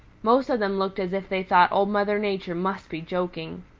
most of them looked as if they thought old mother nature must be joking.